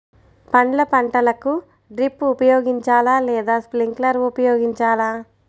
పండ్ల పంటలకు డ్రిప్ ఉపయోగించాలా లేదా స్ప్రింక్లర్ ఉపయోగించాలా?